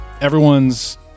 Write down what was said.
everyone's